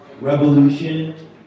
revolution